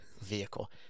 vehicle